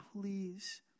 Please